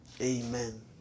Amen